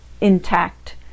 intact